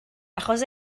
achos